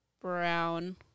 brown